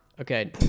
Okay